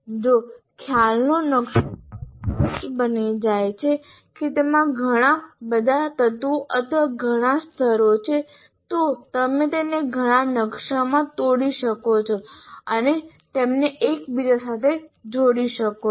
જો ખ્યાલનો નકશો અસ્પષ્ટ બની જાય છે કે તેમાં ઘણા બધા તત્વો અથવા ઘણા સ્તરો છે તો તમે તેને ઘણા નકશામાં તોડી શકો છો અને તેમને એકબીજા સાથે જોડી શકો છો